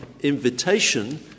invitation